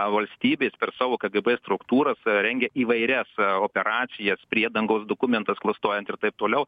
valstybės per savo kgb struktūras rengia įvairias operacijas priedangos dokumentus klastojant ir taip toliau